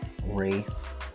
race